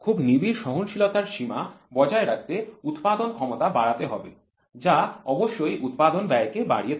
খুব নিবিড় সহনশীলতার সীমা বজায় রাখতে উৎপাদন ক্ষমতা বাড়াতে হবে যা অবশ্যই উৎপাদন ব্যয়কে বাড়িয়ে তোলে